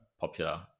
popular